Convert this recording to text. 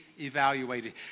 evaluated